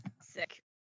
Sick